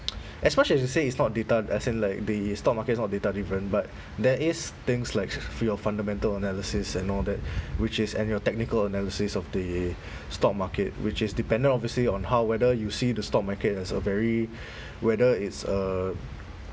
as much as you say it's not data as in like the stock market is not data driven but there is things like for your fundamental analysis and all that which is and your technical analysis of the stock market which is dependent obviously on how whether you see the stock market as a very whether it's a